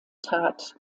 tat